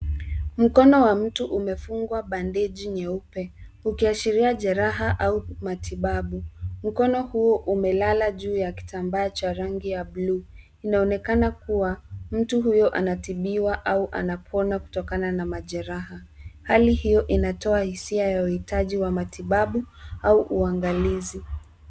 Mkono wa mtu umefungwa bandeji nyeupe ukiashiria jeraha ,au matibabu .Mkono huo umelala juu ya kitambaa cha rangi ya blue .Inaonekana kuwa mtu huyu anatibiwa au anapona kutokana na majeraha. Hali hiyo inatoa hisia ya uitaji wa matibabu au uangalizi.